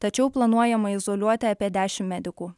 tačiau planuojama izoliuoti apie dešimt medikų